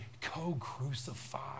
co-crucified